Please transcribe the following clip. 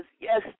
yes